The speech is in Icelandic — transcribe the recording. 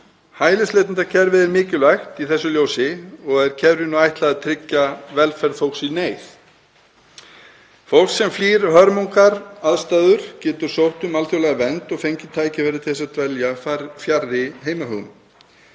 Hælisleitendakerfið er mikilvægt í þessu ljósi og er kerfinu ætlað að tryggja velferð fólks í neyð. Fólk sem flýr hörmungaaðstæður getur sótt um alþjóðlega vernd og fengið tækifæri til að dvelja fjarri heimahögum.